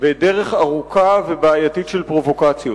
בדרך ארוכה ובעייתית של פרובוקציות.